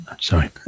sorry